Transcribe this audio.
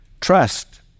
trust